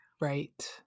Right